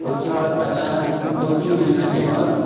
اس کے بعد اچانک دو تین مہینہ کے بعد